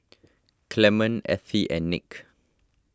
Clement Ethie and Nick